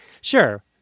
Sure